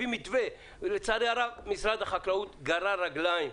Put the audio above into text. לצערי הרב משרד החקלאות גרר רגליים.